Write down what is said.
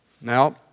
Now